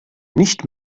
nicht